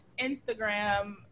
Instagram